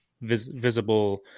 visible